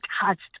touched